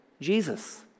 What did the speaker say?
Jesus